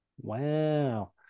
Wow